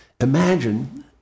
imagine